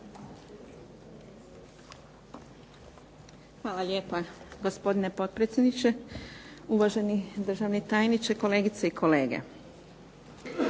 Hvala lijepa gospodine potpredsjedniče, uvaženi državni tajniče, kolegice i kolege.